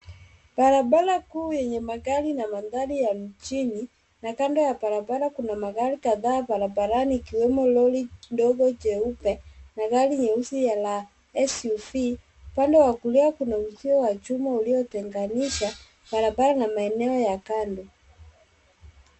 Barabara kuu yenye magari na mandhari ya mjini, na kando ya barabara kuna magari kadhaa barabarani, ikiwemo lori ndogo jeupe, na gari nyeusi ya la SUV. Upande wa kulia kuna uzio wa chuma uliotenganisha barabara na maeneo ya kando.